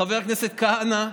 חבר הכנסת כהנא,